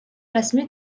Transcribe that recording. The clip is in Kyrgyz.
расмий